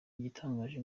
igitangaje